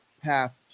path